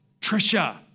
Trisha